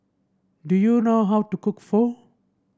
do you know how to cook Pho